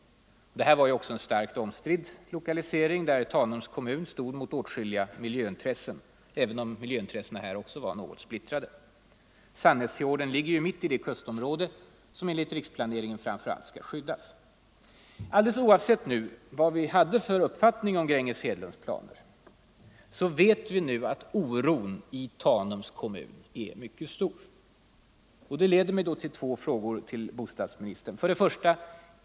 Lokaliseringen till Tanums kommun var starkt omstridd, och där stod kommunen mot åtskilliga miljöintressen, även om de var något splittrade. Sannäsfjorden ligger mitt i det kustområde som enligt riksplaneringen framför allt skall skyddas. Alldeles oavsett vad vi hade för uppfattning om Gränges Hedlunds planer så vet vi att oron i Tanums kommun nu är mycket stor. Det leder mig till två frågeställningar. 1.